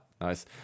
nice